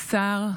השר,